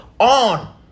on